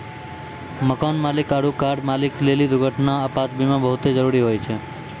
मकान मालिक आरु कार मालिक लेली दुर्घटना, आपात बीमा बहुते जरुरी होय छै